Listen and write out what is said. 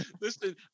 listen